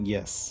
Yes